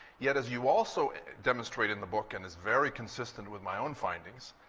yet, as you also demonstrate in the book, and is very consistent with my own findings,